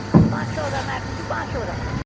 पंज सौ दा मैडम जी पंज सौ दा